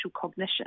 cognition